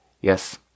Yes